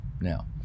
Now